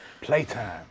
Playtime